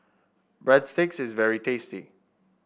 breadsticks is very tasty